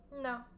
No